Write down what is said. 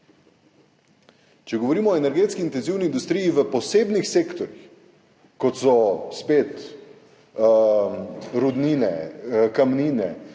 Če govorimo o energetski intenzivni industriji v posebnih sektorjih, kot so rudnine, kamnine,